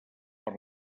per